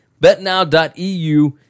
BetNow.eu